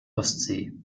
ostsee